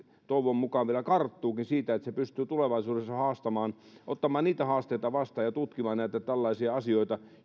toivon mukaan vielä karttuukin siitä jotta se pystyy tulevaisuudessa haastamaan ja ottamaan haasteita vastaan ja tutkimaan näitä tällaisia asioita